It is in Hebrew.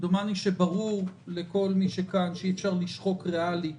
דומני שברור לכל מי שכאן, שאי אפשר לשחוק ריאלית